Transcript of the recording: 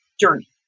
journey